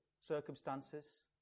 circumstances